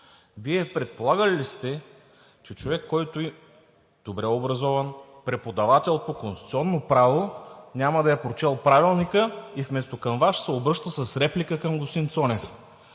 Вие предполагали ли сте, че човек, който е добре образован, преподавател по Конституционно право, няма да е прочел Правилника и вместо към Вас, ще се обръща с реплика към господин Цонев?